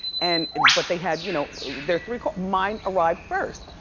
and and but they had you know their three, mine arrived first.